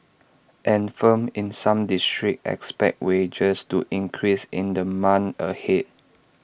and firms in some districts expect wages to increase in the months ahead